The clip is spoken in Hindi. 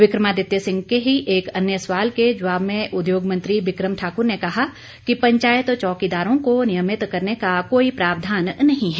विक्रमादित्य सिंह के ही एक अन्य सवाल के जवाब में उद्योग मंत्री बिक्रम ठाकुर ने कहा कि पंचायत चौकीदारों को नियमित करने का कोई प्रावधान नहीं है